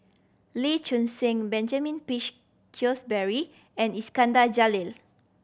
Lee Choon Seng Benjamin Peach Keasberry and Iskandar Jalil